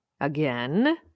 Again